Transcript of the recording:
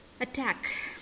Attack